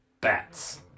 bats